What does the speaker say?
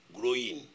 growing